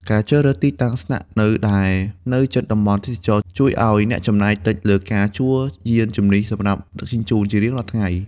ការជ្រើសរើសទីតាំងស្នាក់នៅដែលនៅជិតតំបន់ទេសចរណ៍ ជួយឱ្យអ្នកចំណាយតិចលើការជួលយានជំនិះសម្រាប់ដឹកជញ្ជូនជារៀងរាល់ថ្ងៃ។